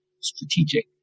strategic